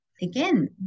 Again